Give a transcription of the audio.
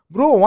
Bro